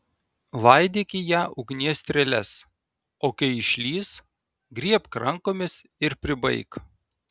laidyk į ją ugnies strėles o kai išlįs griebk rankomis ir pribaik